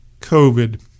COVID